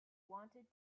wanted